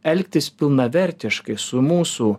elgtis pilnavertiškai su mūsų